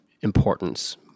importance